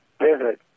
visit